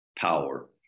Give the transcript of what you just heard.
power